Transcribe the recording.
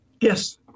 Yes